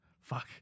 Fuck